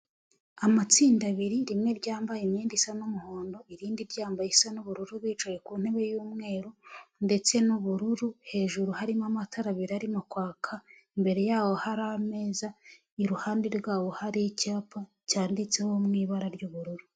Amatsinda abiri rimwe ryambaye imyenda isa n'umuhondo, irindi ryambaye isa n'ubururu bicaye ku ntebe y'umweru, ndetse n'ubururu, hejuru harimo amatara abiri arimo kwaka, imbere yaho hari ameza, iruhande rwabo hari icyapa cyanditseho mu ibara ry'ubururu.